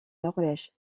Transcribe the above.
norvège